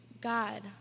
God